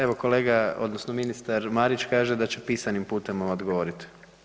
Evo kolega, odnosno ministar Marić kaže da će pisanim putem odgovoriti.